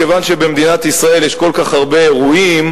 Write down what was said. כיוון שבמדינת ישראל יש כל כך הרבה אירועים,